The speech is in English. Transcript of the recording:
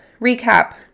recap